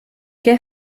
què